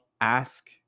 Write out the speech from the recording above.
ask